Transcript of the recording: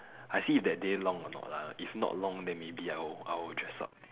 I see that day long or not lah if not long then maybe I will I will dress up